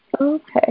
Okay